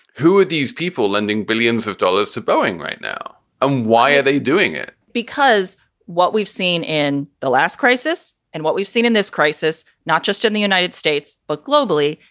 who are these people lending billions of dollars to boeing right now and why are they doing it? because what we've seen in the last crisis and what we've seen in this crisis, not just in the united states but globally,